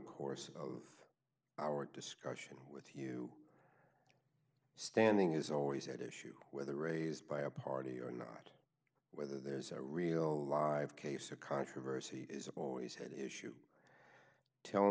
course of our discussion with you standing is always at issue whether raised by a party or not whether there is a real live case or controversy is always had issue tell